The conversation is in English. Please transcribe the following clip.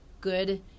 Good